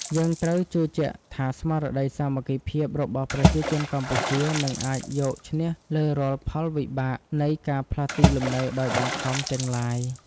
យើងត្រូវជឿជាក់ថាស្មារតីសាមគ្គីភាពរបស់ប្រជាជនកម្ពុជានឹងអាចយកឈ្នះលើរាល់ផលវិបាកនៃការផ្លាស់ទីលំនៅដោយបង្ខំទាំងឡាយ។